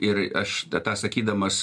ir aš tą sakydamas